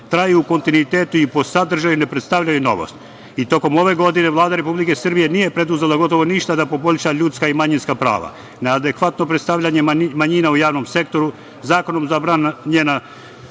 traju u kontinuitetu i po sadržaju ne predstavljaju novost. Tokom ove godine, Vlada Republike Srbije nije preduzela gotovo ništa da poboljša ljudska i manjinska prava. Na adekvatno predstavljanje manjina u javnom sektoru zakonom zabranjena